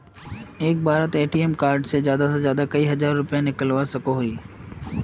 एक बारोत ATM card से ज्यादा से ज्यादा कई हजार निकलवा सकोहो ही?